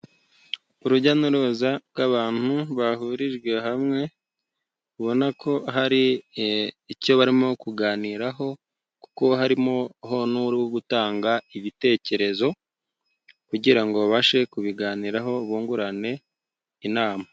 Urujya n'uruza rw'abantu bahurijwe hamwe, ubona ko hari icyo barimo kuganiraho, kuko harimo ho n'uri gutanga ibitekerezo, kugira ngo babashe kubiganiraho bungurane inama.